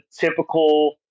typical